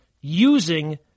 using